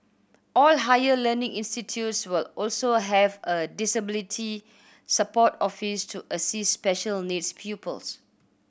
all higher learning institutes will also have a disability support office to assist special needs pupils